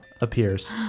appears